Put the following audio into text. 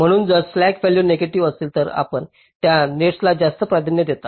म्हणून जर slack value negative असेल तर आपण त्या नेटंना जास्त प्राधान्य देता